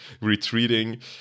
retreating